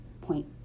point